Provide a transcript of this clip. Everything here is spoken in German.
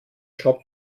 job